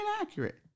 inaccurate